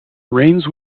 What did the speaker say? rains